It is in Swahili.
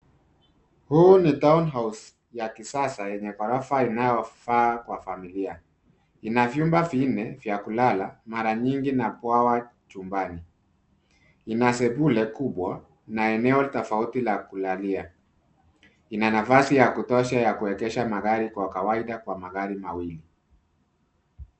Huu ni town house ya kisasa yenye ghorofa inayofaa kwa familia. Ina vyumba vinne vya kulala , mara nyingi na bwawa chumbani. Ina sebule kubwa na eneo tofauti la kulalia. Ina nafasi ya kutosha ya kuegesha magari kwa kawaida magari mawili.